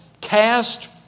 cast